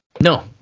No